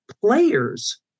players